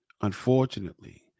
unfortunately